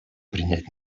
принять